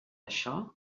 això